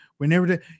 Whenever